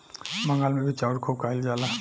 बंगाल मे भी चाउर खूब खाइल जाला